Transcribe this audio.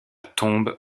tombe